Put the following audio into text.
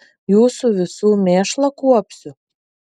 jūsų visų mėšlą kuopsiu